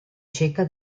ceca